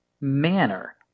manner